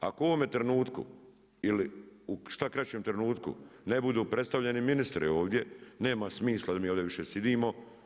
Ako u ovome trenutku ili u što kraćem trenutku ne budu predstavljeni ministri ovdje, nema smisla da mi ovdje više sjedimo.